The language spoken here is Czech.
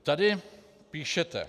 Tady píšete: